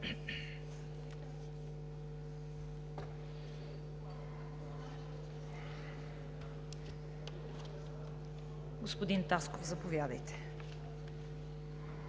Господин Тасков, заповядайте.